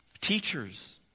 teachers